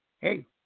Hey